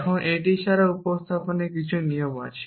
এখন এটি ছাড়াও প্রতিস্থাপনের কিছু নিয়ম রয়েছে